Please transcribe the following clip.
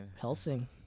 Helsing